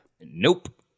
Nope